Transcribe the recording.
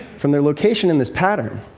from their location in this pattern,